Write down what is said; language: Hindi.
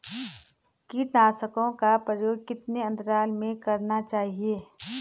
कीटनाशकों का प्रयोग कितने अंतराल में करना चाहिए?